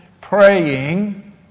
praying